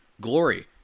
Glory